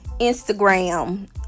Instagram